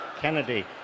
Kennedy